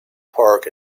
park